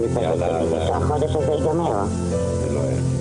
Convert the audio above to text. הוא משהו שאנחנו חייבים לתת עליו את הדעת.